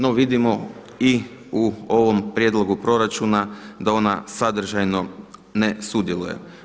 No, vidimo i u ovom prijedlogu proračuna da ona sadržajno ne sudjeluje.